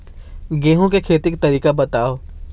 गेहूं के खेती के तरीका बताव?